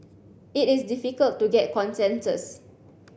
it is difficult to get consensus